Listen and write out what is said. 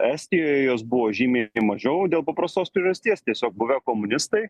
estijoje jos buvo žymiai mažiau dėl paprastos priežasties tiesiog buvę komunistai